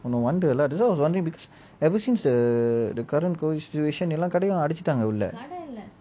no wonder lah that's why I was wondering because ever since the the current COVID situation எல்லா கடையும் அடச்சுட்டாங்க உள்ள:ella kadaiyum adachutanga ulla